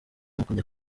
ukujya